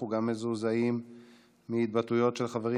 אנחנו גם מזועזעים מהתבטאויות של חברים